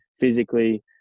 physically